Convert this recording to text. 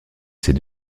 ces